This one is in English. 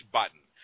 button